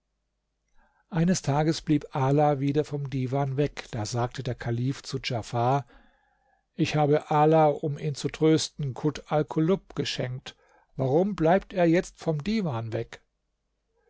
eines tages blieb ala wieder vom divan weg da sagte der kalif zu djafar ich habe ala um ihn zu trösten kut alkulub geschenkt warum bleibt er jetzt vom divan weg